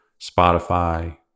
Spotify